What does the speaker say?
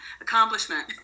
accomplishment